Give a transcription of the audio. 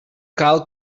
cal